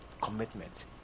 commitment